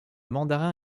mandarin